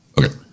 Okay